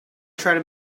try